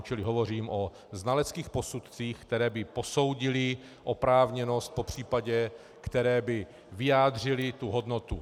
Čili hovořím o znaleckých posudcích, které by posoudily oprávněnost, popř. které by vyjádřily tu hodnotu.